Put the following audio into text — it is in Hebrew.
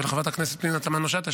ולחברת הכנסת פנינה תמנו שטה,